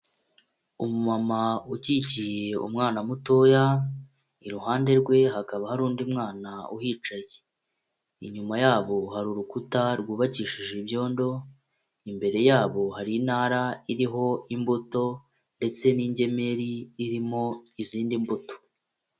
Umumama ukikiye umwana mutoya, iruhande rwe hakaba hari undi mwana uhicaye. Inyuma yabo hari urukuta rwubakishije ibyondo, imbere yabo hari intara iriho imbuto ndetse n'ingemeri irimo izindi mbuto.